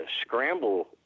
scramble